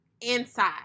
inside